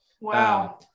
wow